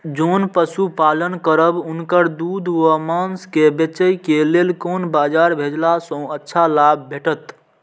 जोन पशु पालन करब उनकर दूध व माँस के बेचे के लेल कोन बाजार भेजला सँ अच्छा लाभ भेटैत?